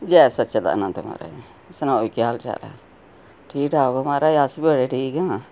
जय सच्चिदानंद महाराज सनाओ केह् हाल चाल ऐ ठीक ठाक हो महाराज अस बी ठीक आं